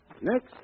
Next